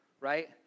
right